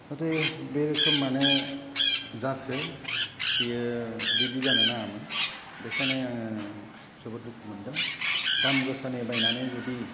माथो बे रोखोम मानो जाखो बियो बिदि जानो नाङामोन बेखायनो आङो जोबोद दुखु मोन्दों दाम गोसानि बायनानै जुदि